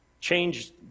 changed